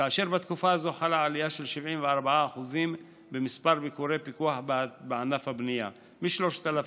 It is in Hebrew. ובתקופה הזאת חלה עלייה של 74% במספר ביקורי הפיקוח בענף הבנייה מ-3,362